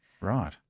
Right